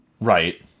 Right